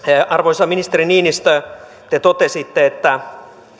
arvoisa ministeri niinistö te totesitte että